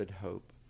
hope